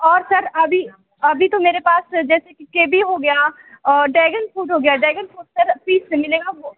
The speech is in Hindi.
और सर अभी अभी तो मेरे पास सर जैसे केबी हो गया है और डैगन फ्रूट हो गया डैगन फ्रूट सर पीस से मिलेगा वह